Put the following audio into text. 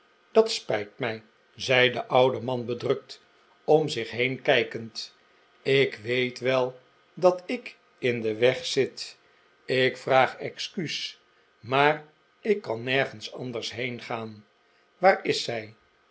dat spijt mij zei de oude man bedrukt om zich heen kijkend ik weet wel dat ik in den weg zit ik vraag excuus maar ik juffrouw gamp schenkt thee kan nergens anders heengaan waar is zij